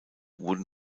wurden